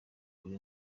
kuri